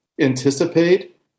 anticipate